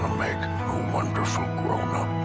wonderful grownup